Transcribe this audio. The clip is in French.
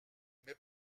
mais